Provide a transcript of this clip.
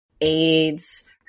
AIDS